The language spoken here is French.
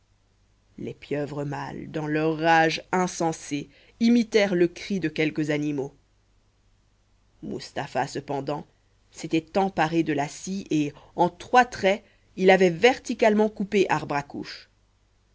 les pieuvres mâles dans leur rage insensée imitèrent le cri de quelques animaux mustapha cependant s'était emparé de la scie et en trois traits il avait verticalement coupé